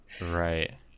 Right